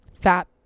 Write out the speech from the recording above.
fat